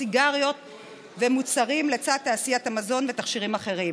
סיגריות ומוצרים בתעשיית המזון ותכשירים אחרים.